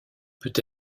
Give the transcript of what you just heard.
peut